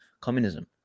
communism